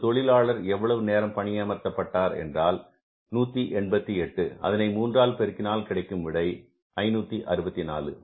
ஒரு தொழிலாளர்கள் எவ்வளவு நேரம் பணியமர்த்தப்பட்டார் என்றால் 188 அதனை 3 என்று பெருக்கினால் கிடைக்கும் விடை என்பது 564